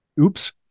oops